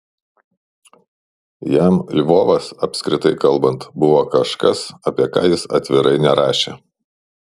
jam lvovas apskritai kalbant buvo kažkas apie ką jis atvirai nerašė